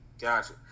Gotcha